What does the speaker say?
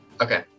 Okay